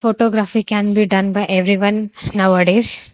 photography can B done by every no now a days